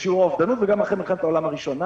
בשיעור האובדנות, וגם אחרי מלחמת העולם הראשונה.